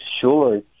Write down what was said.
sure